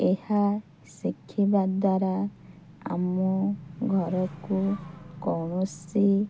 ଏହା ଶିଖିବା ଦ୍ୱାରା ଆମ ଘରକୁ କୌଣସି